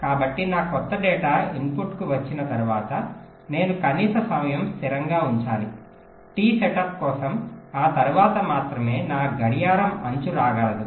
కాబట్టి నా క్రొత్త డేటా ఇన్పుట్కు వచ్చిన తర్వాత నేను కనీస సమయం స్థిరంగా ఉంచాలి టి సెటప్ కోసం ఆ తర్వాత మాత్రమే నా గడియారం అంచు రాగలదు